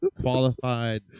qualified